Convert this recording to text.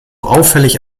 auffällig